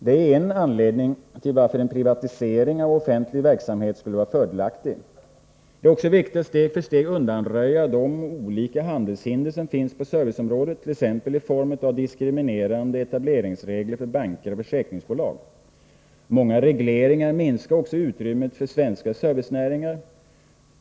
Detta är en av anledningarna till att en privatisering av offentlig verksamhet skulle vara fördelaktig. Det är också viktigt att steg för steg undanröja de olika handelshinder som finns på serviceområdet, t.ex. i form av diskriminerande etableringsregler för banker och försäkringsbolag. Många regleringar minskar också utrymmet för svenska servicenäringar.